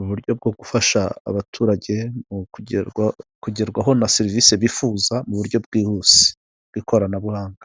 uburyo bwo gufasha abaturage mu kugerwaho na serivisi bifuza mu buryo bwihuse, bw'ikoranabuhanga.